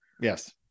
yes